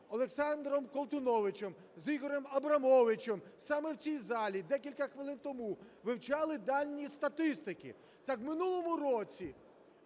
Олександром Колтуновичем, з Ігорем Абрамовичем саме в цій залі декілька хвилин тому вивчали дані статистики. Так в минулому році